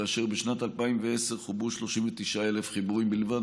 כאשר בשנת 2010 חוברו 39,000 חיבורים בלבד.